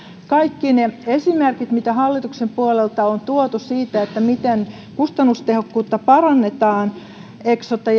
kaikki ne esimerkit mitä hallituksen puolelta on tuotu siitä miten kustannustehokkuutta parannetaan eksote